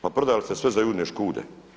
Pa prodali ste sve za Judine škude.